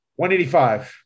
185